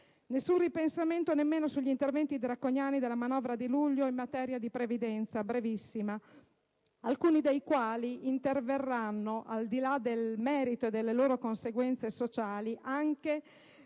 Nessun ripensamento nemmeno sugli interventi draconiani della manovra di luglio in materia di previdenza, alcuni dei quali interverranno, al di là del merito e delle loro conseguenze sociali, anche